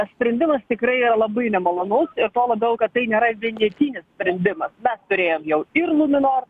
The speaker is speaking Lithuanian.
sprendimas tikrai yra labai nemalonus ir tuo labiau kad tai nėra vienetinis sprendimas mes turėjom jau ir luminor